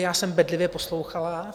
Já jsem bedlivě poslouchala.